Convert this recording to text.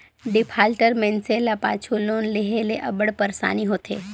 defaulter मइनसे ल पाछू लोन लेहे ले अब्बड़ पइरसानी होथे